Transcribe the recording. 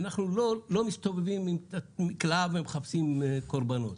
אנחנו לא מסתובבים עם תת מקלע ומחפשים קורבנות.